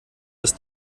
das